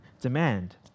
demand